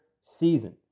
season